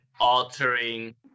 altering